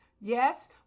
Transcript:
yes